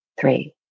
three